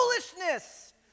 foolishness